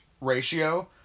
ratio